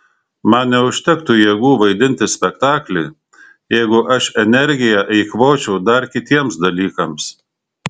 man neužtektų jėgų vaidinti spektaklį jeigu aš energiją eikvočiau dar kitiems dalykams